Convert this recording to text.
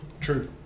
True